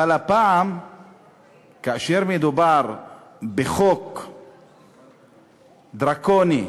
אבל הפעם מדובר בחוק דרקוני,